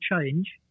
change